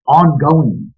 ongoing